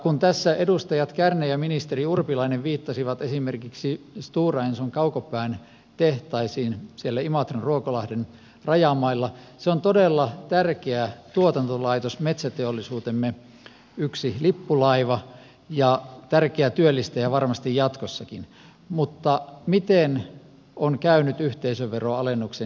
kun tässä edustaja kärnä ja ministeri urpilainen viittasivat esimerkiksi stora enson kaukopään tehtaisiin siellä imatran ja ruokolahden rajamailla se on todella tärkeä tuotantolaitos metsäteollisuutemme yksi lippulaiva ja tärkeä työllistäjä varmasti jatkossakin mutta miten on käynyt yhteisöveron alennuksen jälkeen